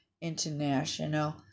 international